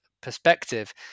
perspective